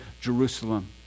Jerusalem